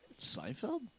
Seinfeld